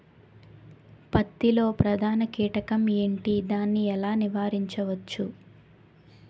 పత్తి లో ప్రధాన కీటకం ఎంటి? దాని ఎలా నీవారించచ్చు?